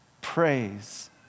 Praise